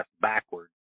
backwards